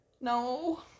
No